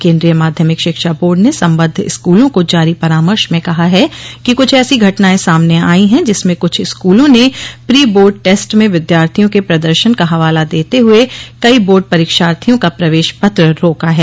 केंद्रीय माध्यमिक शिक्षा बोर्ड ने संबद्व स्कूलों को जारी परामर्श में कहा है कि क्छ ऐसी घटनाएं सामने आई हैं जिसमें क्छ स्क्लों ने प्री बोर्ड टेस्ट में विद्यार्थियों के प्रदर्शन का हवाला देते हुए कई बोर्ड परीक्षार्थियों का प्रवेश पत्र रोका है